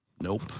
Nope